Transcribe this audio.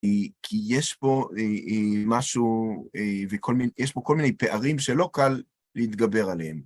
כי כי יש פה משהו, וכל מי..ויש פה כל מיני פערים שלא קל להתגבר עליהם.